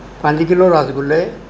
ਪੰਜ ਕਿੱਲੋ ਰਸਗੁੱਲੇ